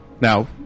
Now